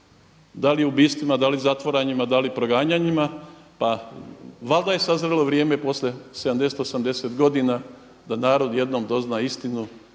da li ubojstvima, da li zatvaranjima, da li proganjanjima. Pa valjda je sazrjelo vrijeme poslije 70, 80 godina da narod jednom dozna istinu